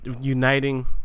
uniting